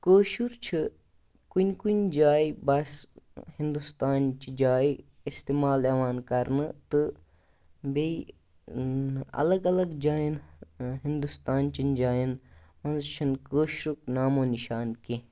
کٲشُر چھُ کُنہِ کُنہِ جایہِ بَس ہِنٛدوستان چہِ جایہِ اِستِمال یِوان کَرنہٕ تہٕ بیٚیہِ اَلَگ اَلَگ جایَن ہِنٛدوستان چَن جایَن منٛز چھِ نہٕ کٲشرُک نامو نِشان کیٚنٛہہ